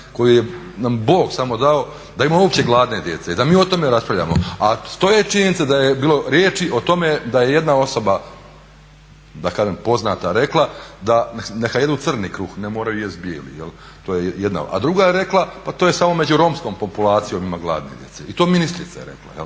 koju nam je Bog samo dao da ima uopće gladne djece i da mi o tome raspravljamo. A stoje činjenice da je bilo riječi o tome da je jedna osoba da kažem poznata rekla neka jedu crni kruh, ne moraju jest bijeli. To je jedna. A druga je rekla pa to je samo među Romskom populacijom ima gladne djece i to ministrica je rekla. Prema